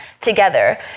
together